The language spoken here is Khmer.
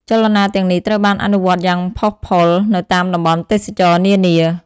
ចលនាទាំងនេះត្រូវបានអនុវត្តយ៉ាងផុសផុលនៅតាមតំបន់ទេសចរណ៍នានា។